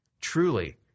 truly